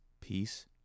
peace